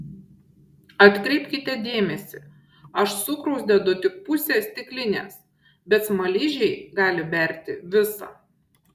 atkreipkite dėmesį aš cukraus dedu tik pusę stiklinės bet smaližiai gali berti visą